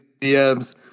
DMs